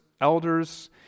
elders